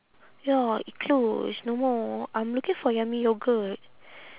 ya it closed no more I'm looking for yummy yogurt